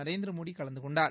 நரேந்திரமோடி கலந்து கொண்டார்